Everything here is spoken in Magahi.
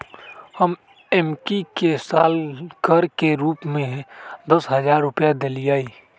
हम एम्की के साल कर के रूप में दस हज़ार रुपइया देलियइ